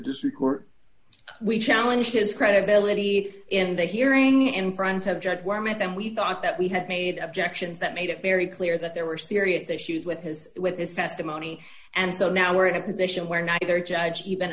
court we challenge his credibility in the hearing in front of judge were met then we thought that we had made objections that made it very clear that there were serious issues with his with his testimony and so now we're in a position where neither judge even